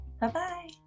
Bye-bye